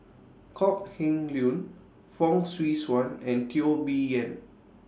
Kok Heng Leun Fong Swee Suan and Teo Bee Yen